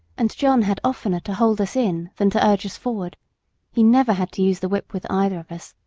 and john had oftener to hold us in than to urge us forward he never had to use the whip with either of us